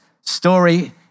story